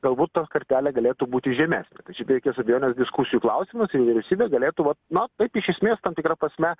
galbūt ta kartelė galėtų būti žemesnė tai čia be jokios abejonės diskusijų klausimas ir vyriausybė galėtų vat na taip iš esmės tam tikra prasme